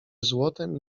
złotem